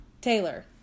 Taylor